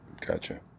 gotcha